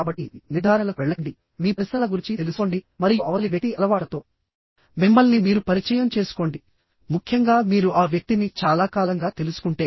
కాబట్టి నిర్ధారణలకు వెళ్లకండి మీ పరిసరాల గురించి తెలుసుకోండి మరియు అవతలి వ్యక్తి అలవాట్లతో మిమ్మల్ని మీరు పరిచయం చేసుకోండి ముఖ్యంగా మీరు ఆ వ్యక్తిని చాలా కాలంగా తెలుసుకుంటే